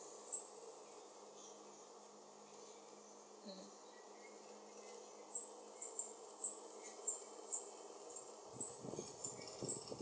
mm